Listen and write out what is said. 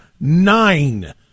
nine